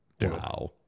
Wow